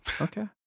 Okay